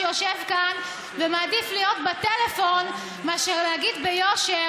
שיושב כאן ומעדיף להיות בטלפון מאשר להגיד ביושר